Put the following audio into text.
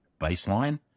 baseline